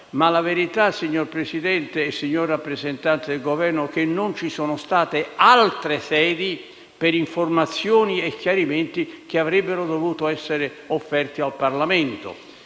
Ma la verità, signor Presidente e signor rappresentante del Governo, è che non ci sono state altre sedi per informazioni e chiarimenti che avrebbero dovuto essere offerti al Parlamento.